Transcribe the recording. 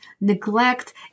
neglect